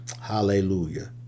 Hallelujah